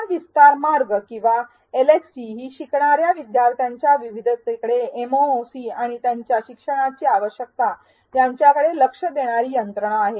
शिक्षण विस्तार मार्ग किंवा एलएक्सटी ही शिकणार्या विद्यार्थ्यांच्या विविधतेकडे एमओओसी आणि त्यांच्या शिकण्याची आवश्यकता यांच्याकडे लक्ष देणारी यंत्रणा आहे